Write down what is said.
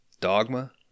Dogma